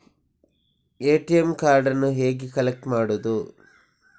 ATM ಕಾರ್ಡನ್ನು ಹೇಗೆ collect ಮಾಡುವುದು?